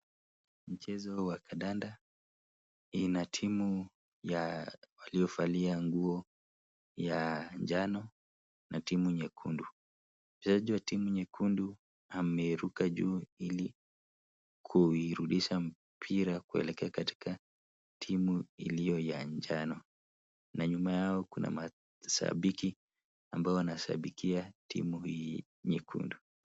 Mchezo wa kandanda. Ina timu ya waliovalia nguo ya njano na timu nyekundu. Mchezaji wa timu nyekundu, ameruka juu ili kuirudisha mpira, kuelekea katika timu iliyo ya njano na nyuma yao, kuna mashabiki ambao wanashabikia timu hii nyekundu.